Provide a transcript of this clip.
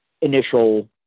initial